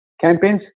campaigns